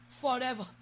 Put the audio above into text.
forever